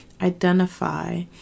identify